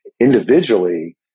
individually